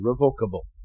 irrevocable